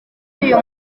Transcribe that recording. uyu